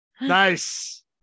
nice